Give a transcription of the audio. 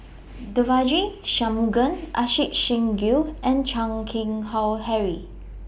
Devagi Sanmugam Ajit Singh Gill and Chan Keng Howe Harry